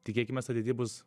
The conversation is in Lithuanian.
tikėkimės ateity bus